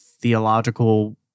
theological